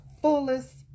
fullest